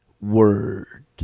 word